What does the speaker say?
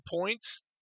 points